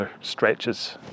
stretches